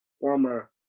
former